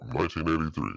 1983